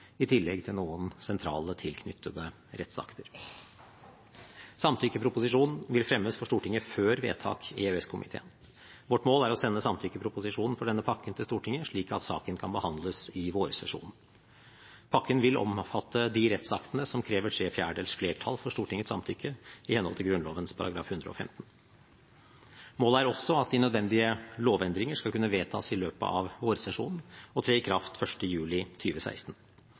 i tillegg til noen sentrale tilknyttede rettsakter. Samtykkeproposisjon vil fremmes for Stortinget før vedtak i EØS-komiteen. Vårt mål er å sende samtykkeproposisjonen for denne pakken til Stortinget, slik at saken kan behandles i vårsesjonen. Pakken vil omfatte de rettsaktene som krever flertall for Stortingets samtykke, i henhold til Grunnloven § 115. Målet er også at de nødvendige lovendringer skal kunne vedtas i løpet av vårsesjonen og tre i kraft 1. juli